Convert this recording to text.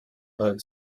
both